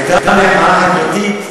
הייתה מחאה חברתית,